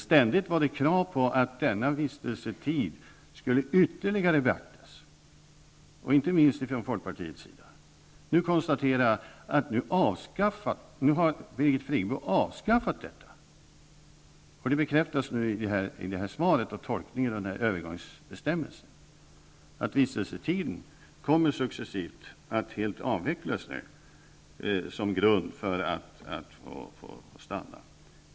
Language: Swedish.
Ständigt ställdes krav på att denna vistelsetid ytterligare skulle beaktas, inte minst från folkpartiets sida. Nu konstaterar jag att Birgit Friggebo har avskaffat detta. Det bekräftas i det här avgivna svaret i och med tolkningen av övergångsbestämmelserna här att vistelsetiden successivt helt kommer att avvecklas som grund för att någon får stanna.